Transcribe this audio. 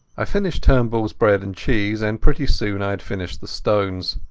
i finished turnbullas bread and cheese, and pretty soon i had finished the stones.